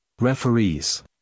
referees